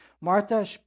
Martha